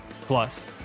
Plus